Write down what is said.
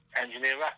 Engineer